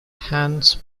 hans